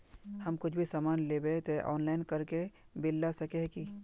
हम कुछ भी सामान लेबे ते ऑनलाइन करके बिल ला सके है की?